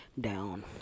down